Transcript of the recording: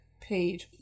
paid